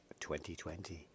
2020